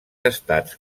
estats